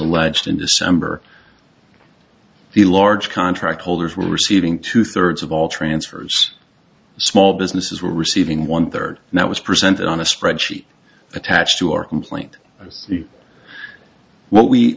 alleged in december the large contract holders were receiving two thirds of all transfers small businesses were receiving one third and that was presented on a spreadsheet attached to our complaint what we